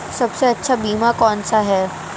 सबसे अच्छा बीमा कौनसा है?